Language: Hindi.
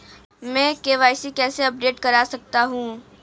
मैं के.वाई.सी कैसे अपडेट कर सकता हूं?